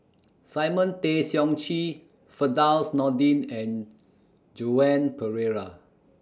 Simon Tay Seong Chee Firdaus Nordin and Joan Pereira